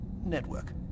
network